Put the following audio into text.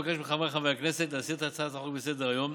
אבקש מחברי הכנסת להסיר את הצעת החוק מסדר-היום.